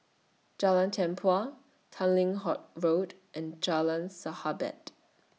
Jalan Tempua Tanglin Halt Road and Jalan Sahabat